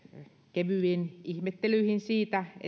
kevyihin ihmettelyihin siitä